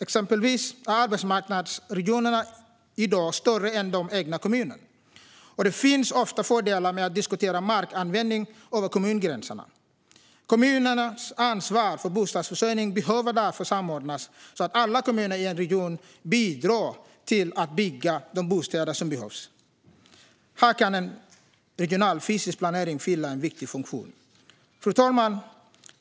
Exempelvis är arbetsmarknadsregionerna i dag större än de egna kommunerna, och det finns ofta fördelar med att diskutera markanvändning över kommungränserna. Kommunernas ansvar för bostadsförsörjningen behöver därför samordnas, så att alla kommuner i en region bidrar till att bygga de bostäder som behövs. Här kan en regional fysisk planering fylla en viktig funktion. Fru talman!